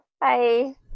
Bye